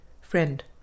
Friend